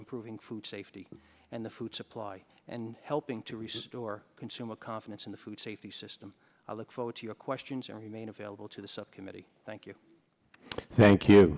improving food safety and the food supply and helping to restore consumer confidence in the food safety system i look forward to your questions your remain available to the subcommittee thank you thank you